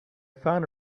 found